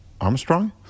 Armstrong